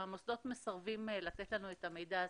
והמוסדות מסרבים לתת לנו את המידע הזה,